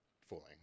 fooling